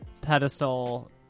pedestal